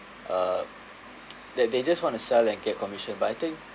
uh that they just want to sell and get commission but I think